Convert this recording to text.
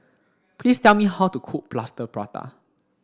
please tell me how to cook plaster prata